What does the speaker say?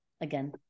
again